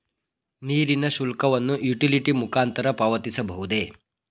ನೀರಿನ ಶುಲ್ಕವನ್ನು ಯುಟಿಲಿಟಿ ಮುಖಾಂತರ ಪಾವತಿಸಬಹುದೇ?